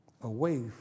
away